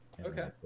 okay